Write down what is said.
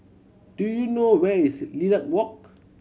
do you know where is Lilac Walk